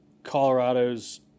Colorado's